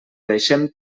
deixem